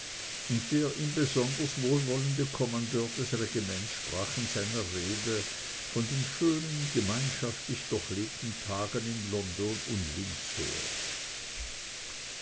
und der ihm besonders wohlwollende kommandeur des regiments sprach in seiner rede von den schönen gemeinschaftlich durchlebten tagen in london und windsor